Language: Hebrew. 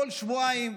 כל שבועיים,